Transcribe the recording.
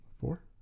Four